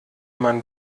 man